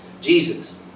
Jesus